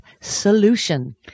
solution